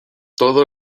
todo